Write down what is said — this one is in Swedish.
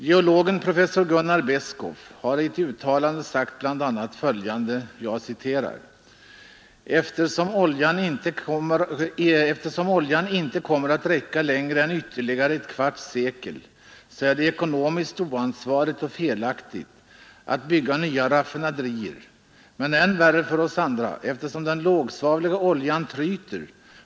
Geologen professor Gunnar Beskow har i ett uttalande sagt bl.a. följande: Eftersom oljan inte kommer att räcka längre än ytterligare ett kvarts sekel, är det ekonomiskt oansvarigt och felaktigt att bygga nya raffinaderier. Men det är än värre för oss andra, eftersom den lågsvavliga oljan tryter.